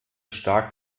stark